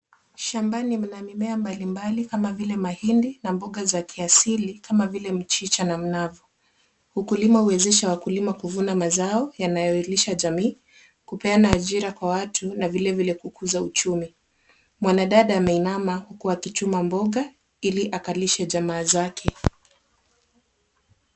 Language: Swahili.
Shambani, mna mimea mbalimbali kama vile mahindi na mboga za kiasili kama vile mchicha na mnavu. Ukulima huwezesha wakulima kuvuna mazao yanayolisha jamii, kupeana ajira kwa watu, na vilevile kukuza uchumi. Mwanadada ameinama huku akichuna mboga, ili akalishe jamaa zake.